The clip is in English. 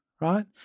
right